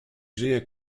żyje